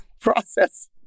process